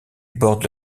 borde